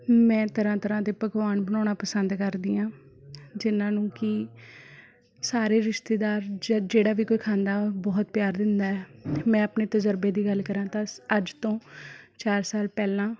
ਮੈਂ ਤਰ੍ਹਾਂ ਤਰ੍ਹਾਂ ਦੇ ਪਕਵਾਨ ਬਣਾਉਣਾ ਪਸੰਦ ਕਰਦੀ ਹਾਂ ਜਿਹਨਾਂ ਨੂੰ ਕਿ ਸਾਰੇ ਰਿਸ਼ਤੇਦਾਰ ਜ ਜਿਹੜਾ ਵੀ ਕੋਈ ਖਾਂਦਾ ਬਹੁਤ ਪਿਆਰ ਦਿੰਦਾ ਮੈਂ ਆਪਣੇ ਤਜ਼ਰਬੇ ਦੀ ਗੱਲ ਕਰਾਂ ਤਾਂ ਸ ਅੱਜ ਤੋਂ ਚਾਰ ਸਾਲ ਪਹਿਲਾਂ